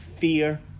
fear